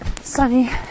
Sunny